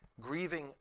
Grieving